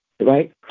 Right